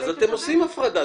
אז אתם עושים הפרדה,